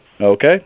okay